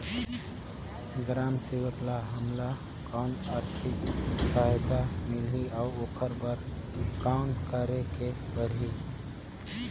ग्राम सेवक ल हमला कौन आरथिक सहायता मिलही अउ ओकर बर कौन करे के परही?